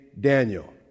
Daniel